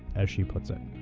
as she puts it.